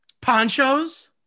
Ponchos